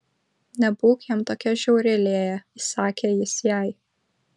nebūk jam tokia žiauri lėja įsakė jis jai